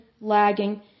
lagging